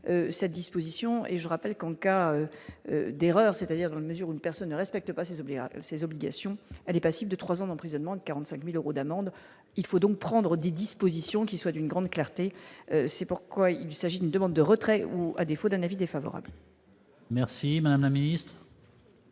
cette disposition et je rappelle qu'en cas d'erreur, c'est-à-dire dans la mesure où une personne ne respecte pas ces hommes à ses obligations, elle est passible de 3 ans d'emprisonnement et de 45000 euros d'amende, il faut donc prendre des dispositions qui soient d'une grande clarté, c'est pourquoi il s'agit d'une demande de retrait ou, à défaut d'un avis défavorable. Merci mamie.